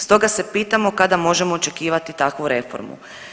Stoga se pitamo kada možemo očekivati takvu reformu.